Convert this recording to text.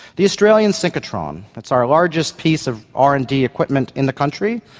the australian synchrotron, it's our largest piece of r and d equipment in the country,